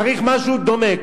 צריך משהו דומה.